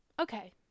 okay